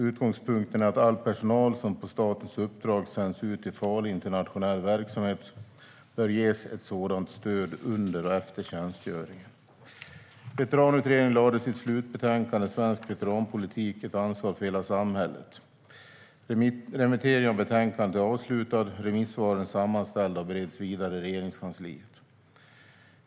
Utgångspunkten är att all personal som på statens uppdrag sänds ut i farlig internationell verksamhet bör ges ett sådant stöd före, under och efter tjänstgöringen. Veteranutredningen har lagt fram sitt slutbetänkande Svensk veteranpolitik - Ett ansvar för hela samhället . Remitteringen av betänkandet är avslutad, remissvaren är sammanställda och det bereds vidare i Regeringskansliet.